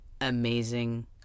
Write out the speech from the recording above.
amazing